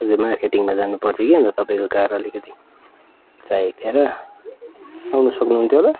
हजुर मार्केटिङमा जानु पर्थ्यो कि अन्त तपाईँको कार अलिकति चाहिएको थियो र तपाईँलाई सोध्नु मन थियो र